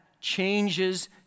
changes